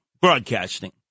broadcasting